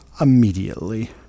immediately